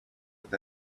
with